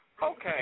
Okay